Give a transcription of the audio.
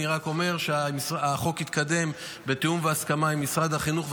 אני רק אומר שהחוק יתקדם בתיאום והסכמה עם משרד החינוך,